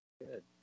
good